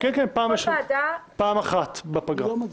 כל ועדה ---- פעם אחת בפגרה.